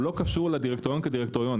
הוא לא קשור לדירקטוריון כדירקטוריון.